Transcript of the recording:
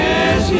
Yes